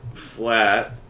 flat